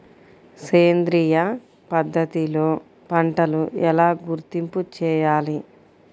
సేంద్రియ పద్ధతిలో పంటలు ఎలా గుర్తింపు చేయాలి?